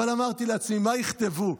אבל אמרתי לעצמי: מה יכתבו,